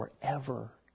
forever